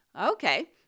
Okay